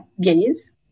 gaze